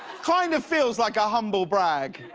kind of feels like a humblebrag.